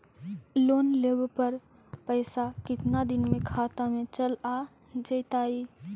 Loan लेब पर पैसा कितना दिन में खाता में चल आ जैताई?